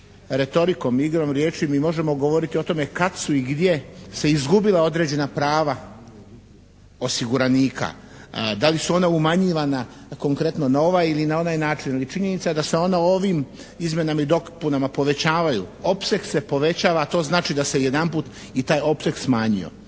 retorikom, igrom riječi mi možemo govoriti o tome kad su i gdje se izgubila određena prava osiguranika. Da li su ona umanjivana konkretno na ovaj ili onaj način, ali činjenica da se ona ovim izmjenama i dopunama povećavaju. Opseg se povećava, to znači da se jedanput i taj opseg smanjio.